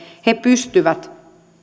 pystyvät